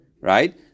right